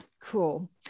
cool